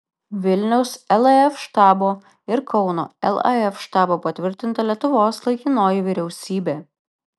vilniaus laf štabo ir kauno laf štabo patvirtinta lietuvos laikinoji vyriausybė